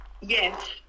Yes